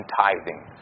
tithing